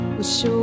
Wish